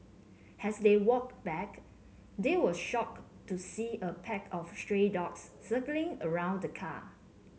as they walked back they were shocked to see a pack of stray dogs circling around the car